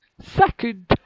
Second